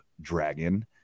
dragon